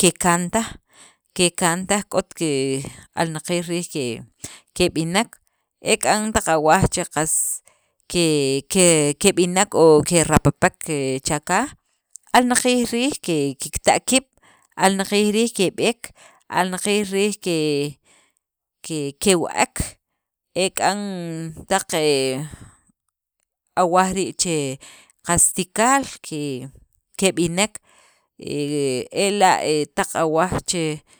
kekan taj kekantaj k'ot ke alnaqiil keb'inek e k'an taq awaaj che qas keb'inek o keraapap cha kaaj alnaqiil riij kikta' kiib', alnaqiil riij ke wa'ek e k'an taq awaj che qas tikaal keb'inek ela' taq awaj che